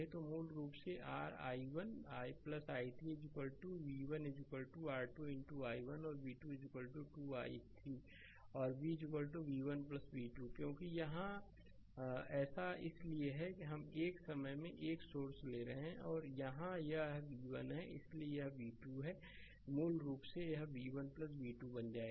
तो मूल रूप से r i1 i3 और v1 r 2 i1 और v2 2 i3 और v v1 v2 क्योंकि यहाँ ऐसा इसलिए है क्योंकि हम एक समय में एक सोर्स ले रहे हैं यहाँ यह v1 है इसलिए यह v2 है मूल रूप से यह v1 v2 बन जाएगा